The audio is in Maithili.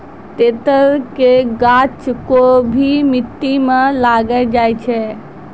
तेतर के गाछ कोय भी मिट्टी मॅ लागी जाय छै